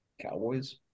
Cowboys